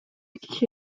киши